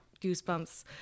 goosebumps